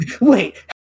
Wait